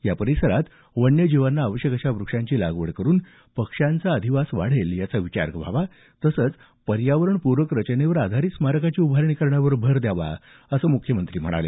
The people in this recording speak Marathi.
या परिसरात वन्यजीवांना आवश्यक अशा व्रक्षांची लागवड करुन पक्ष्यांचा अधिवास वाढेल याचा विचार व्हावा तसंच पर्यावरणपूरक रचनेवर आधारित स्मारकाची उभारणी करण्यावर भर द्यावा असंही मुख्यमंत्री म्हणाले